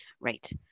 Right